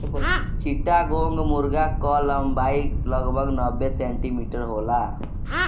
चिट्टागोंग मुर्गा कअ लंबाई लगभग नब्बे सेंटीमीटर होला